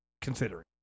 considering